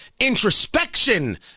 introspection